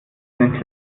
den